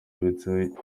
yibitseho